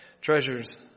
treasures